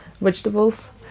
vegetables